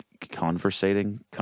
conversating